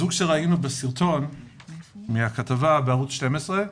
הזוג שראינו בסרטון מהכתבה בערוץ 12,